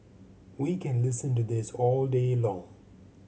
we can listen to this all day long